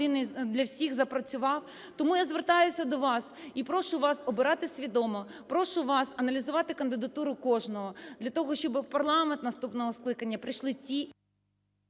для всіх, запрацював, тому я звертаюся до вас і прошу вас обирати свідомо. Прошу вас аналізувати кандидатуру кожного для того, щоби в парламент наступного скликання прийшли ті...